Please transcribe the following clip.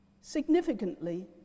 Significantly